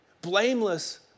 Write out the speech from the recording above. Blameless